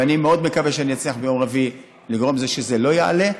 ואני מאוד מקווה שאני אצליח ביום רביעי לגרום לכך שזה לא יעלה,